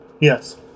Yes